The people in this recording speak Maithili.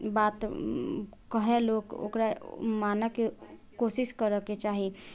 बात कहै लोक ओकरा मानऽके कोशिश करऽके चाही